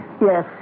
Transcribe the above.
Yes